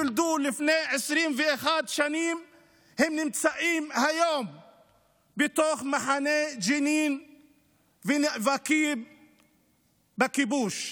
שנולדו לפני 21 שנים נמצאים היום בתוך מחנה ג'נין ונאבקים בכיבוש.